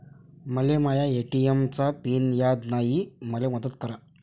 मले माया ए.टी.एम चा पिन याद नायी, मले मदत करा